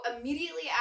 immediately